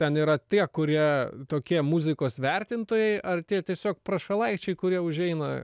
ten yra tie kurie tokie muzikos vertintojai ar tie tiesiog prašalaičiai kurie užeina